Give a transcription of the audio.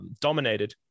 dominated